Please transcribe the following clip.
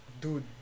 dude